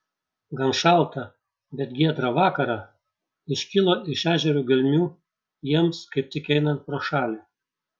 gan šaltą bet giedrą vakarą iškilo iš ežero gelmių jiems kaip tik einant pro šalį